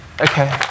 Okay